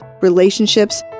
relationships